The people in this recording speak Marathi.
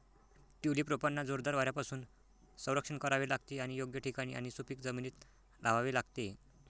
ट्यूलिप रोपांना जोरदार वाऱ्यापासून संरक्षण करावे लागते आणि योग्य ठिकाणी आणि सुपीक जमिनीत लावावे लागते